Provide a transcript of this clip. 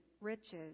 riches